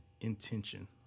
intention